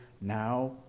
now